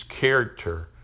character